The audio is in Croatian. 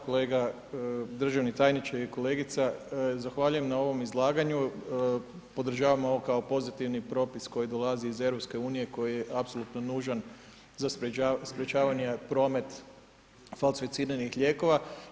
Kolega državni tajniče i kolegica, zahvaljujem na ovom izlaganju, podržavam ovo kao pozitivni propis koji dolazi iz EU koji je apsolutno nužan za sprječavanje promet falsificiranih lijekova.